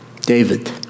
David